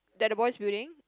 that the boy's building